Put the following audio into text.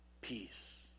peace